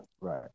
right